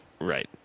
Right